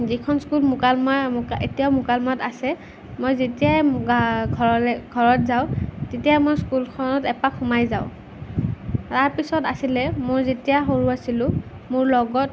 যিখন স্কুল মুকালমুৱা এতিয়াও মুকালমুৱাত আছে মই যেতিয়া ঘৰলৈ ঘৰত যাওঁ তেতিয়াই মই স্কুলখনত এপাক সোমাই যাওঁ তাৰ পিছত আছিলে মোৰ যেতিয়া সৰু আছিলোঁ মোৰ লগত